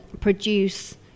produce